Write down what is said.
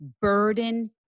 burden